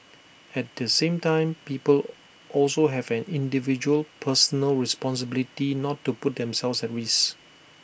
at the same time people also have an individual personal responsibility not to put themselves at risk